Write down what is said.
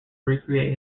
recreate